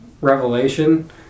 revelation